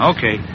Okay